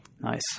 Nice